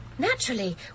naturally